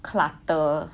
clutter